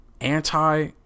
anti